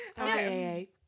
Okay